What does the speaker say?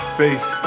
face